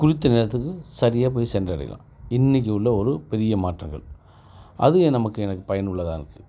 குறித்த நேரத்துக்கு சரியாக போய் சென்றடையலாம் இன்னைக்கு உள்ள ஒரு பெரிய மாற்றங்கள் அது நமக்கு எனக்கு பயனுள்ளதாக இருக்குது